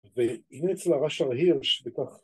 ‫והנה אצל הרשר הירש בטח...